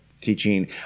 teaching